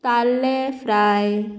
ताल्ले फ्राय